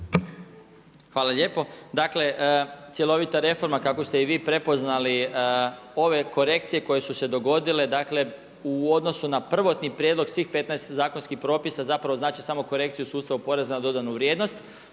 Hvala lijepo. Dakle, cjelovita reforma kako ste i vi prepoznali ove korekcije koje su se dogodile dakle u odnosu na prvotni prijedlog svih 15 zakonskih propisa zapravo znači samo korekciju u sustavu poreza na dodanu vrijednost.